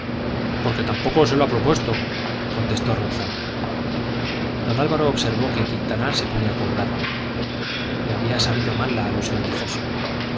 porque tampoco se lo ha propuesto contestó ronzal don álvaro observó que quintanar se ponía colorado le había sabido mal la alusión de foja